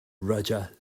roger